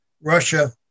Russia